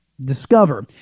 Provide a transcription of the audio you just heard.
discover